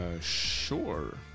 Sure